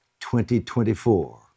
2024